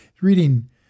reading